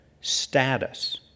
status